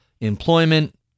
employment